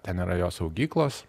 ten yra jo saugyklos